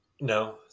No